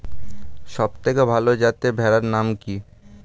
সবথেকে ভালো যাতে ভেড়ার নাম কি?